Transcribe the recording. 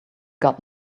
got